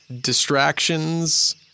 distractions